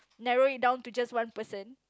narrow it down to just one person